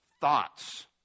thoughts